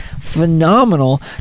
Phenomenal